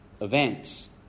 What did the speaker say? events